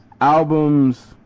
Albums